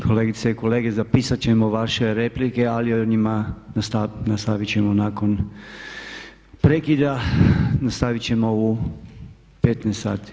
Kolegice i kolege zapisat ćemo vaše replike ali o njima nastavit ćemo nakon prekida, nastavit ćemo u 15,00 sati.